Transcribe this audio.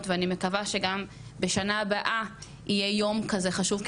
ואני מקווה שגם בשנה הבאה יהיה יום כזה חשוב,